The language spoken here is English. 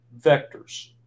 vectors